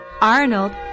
Arnold